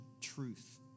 truth